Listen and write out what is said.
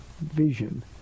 vision